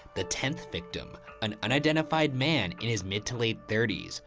the tenth victim, an unidentified man in his mid to late thirty s,